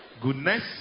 goodness